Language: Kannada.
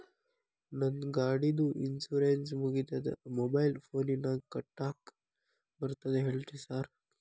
ನಂದ್ ಗಾಡಿದು ಇನ್ಶೂರೆನ್ಸ್ ಮುಗಿದದ ಮೊಬೈಲ್ ಫೋನಿನಾಗ್ ಕಟ್ಟಾಕ್ ಬರ್ತದ ಹೇಳ್ರಿ ಸಾರ್?